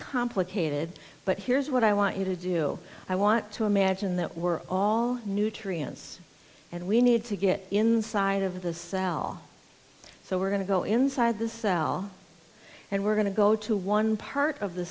complicated but here's what i want you to do i want to imagine that we're all nutrients and we need to get inside of the cell so we're going to go inside the cell and we're going to go to one part of the